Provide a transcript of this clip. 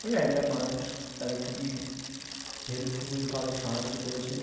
random মানুষ তাকে খুবই হেল্পফুলভাবে সাহায্য করেছিল